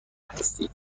هستید